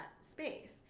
space